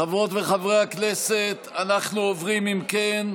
חברות וחברי הכנסת, אם כן,